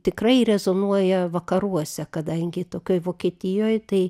tikrai rezonuoja vakaruose kadangi tokioj vokietijoj tai